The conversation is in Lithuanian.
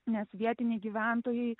nes vietiniai gyventojai